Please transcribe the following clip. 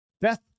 Beth